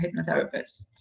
hypnotherapists